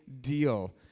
deal